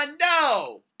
no